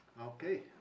Okay